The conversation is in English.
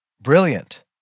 Brilliant